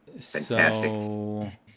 Fantastic